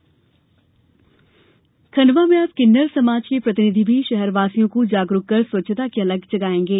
स्वच्छ भारत मिशन खंडवा में अब किन्नर समाज के प्रतिनिधि भी शहरवासियों को जागरूक कर स्वच्छता की अलख जगाएंगे